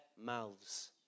mouths